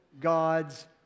God's